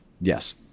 yes